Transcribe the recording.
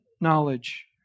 knowledge